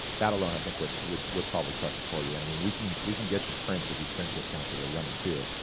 that alone, i think, would would probably crush it for you. and i mean we can we can get you prints with these print discounts that we're running too.